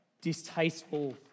distasteful